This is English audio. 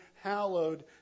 hallowed